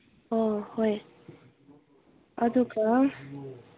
ꯑꯥ ꯍꯣꯏ ꯑꯗꯨꯒ